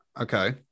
okay